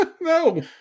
No